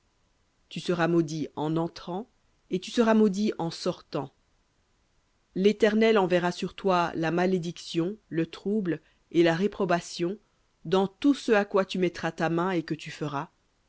tu seras maudit en entrant et tu seras maudit en sortant léternel enverra sur toi la malédiction le trouble et la réprobation dans tout ce à quoi tu mettras ta main que tu feras